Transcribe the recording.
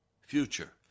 future